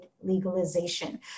legalization